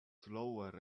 lower